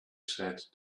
said